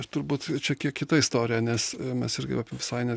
turbūt čia kiek kita istorija nes mes irgi vat visai ne